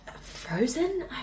frozen